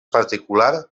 particular